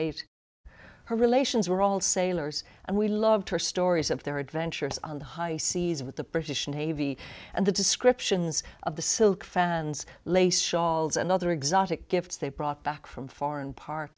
eight her relations were all sailors and we loved her stories of their adventures on the high seas with the british navy and the descriptions of the silk fans lace shawls and other exotic gifts they brought back from foreign par